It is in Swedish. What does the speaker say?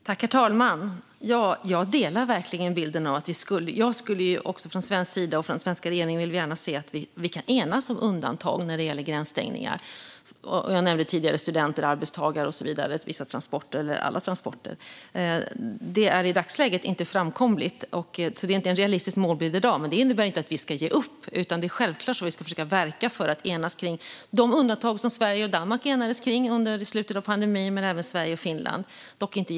Herr talman! Jag delar verkligen bilden - från den svenska regeringens sida vill vi gärna att det ska gå att enas om undantag när det gäller gränsstängningar. Jag nämnde tidigare studenter, arbetstagare, transporter och så vidare. Detta är i dagsläget inte framkomligt. I dag är det inte en realistisk målbild. Men det innebär inte att vi ska ge upp. Självklart ska vi försöka verka för att enas om sådana undantag som Sverige och Danmark samt Sverige och Finland enades om under slutet av pandemin - med Norge gick det dock inte.